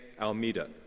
Almeida